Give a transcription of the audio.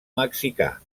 mexicà